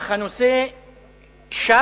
אך הנושא שם,